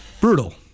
Brutal